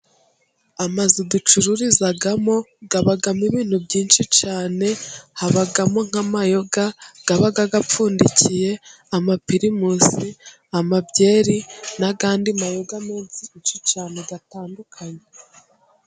Amazu ducururizamo habamo ibintu byinshi cyane, habamo nk'inzoga ziba zipfundikiye , amapirimusi, amabyeri n'izindi nzoga nyinshi cyane zitandukanye.